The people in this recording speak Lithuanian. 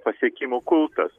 pasiekimų kultas